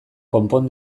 konpon